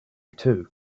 too